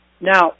Now